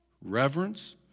reverence